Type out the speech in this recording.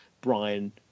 Brian